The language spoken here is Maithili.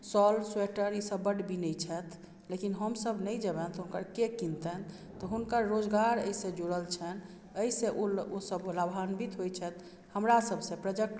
सॉल स्वेटर ई सब बड बिनै छथि लेकिन हम सब नहि जेबनि तऽ के हुनकर के कीनतै तऽ हुनकर रोजगार अहि सॅं जुरल छनि अहि सॅं ओ सब लाभान्वित होइत छथि हमरा सब सॅं